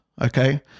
okay